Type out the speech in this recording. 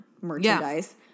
merchandise